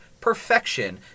perfection